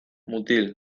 mutil